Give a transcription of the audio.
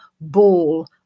ball